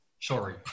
Sorry